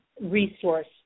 resource